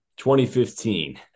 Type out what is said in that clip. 2015